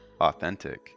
authentic